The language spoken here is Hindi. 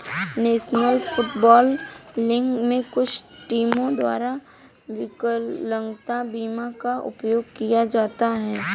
नेशनल फुटबॉल लीग में कुछ टीमों द्वारा विकलांगता बीमा का उपयोग किया जाता है